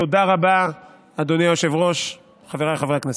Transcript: תודה רבה, אדוני היושב-ראש, חבריי חברי הכנסת.